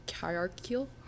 hierarchical